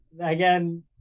again